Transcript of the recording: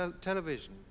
television